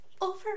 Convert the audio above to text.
Over